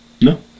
no